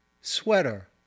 sweater